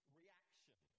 reaction